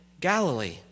Galilee